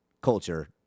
culture